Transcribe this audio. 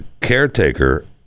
caretaker